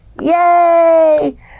Yay